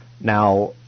Now